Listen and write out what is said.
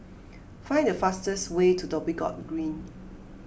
find the fastest way to Dhoby Ghaut Green